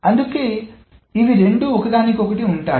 అందుకే ఇవి రెండూ ఒకదానికి ఒకటి ఉంటాయి